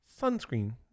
Sunscreen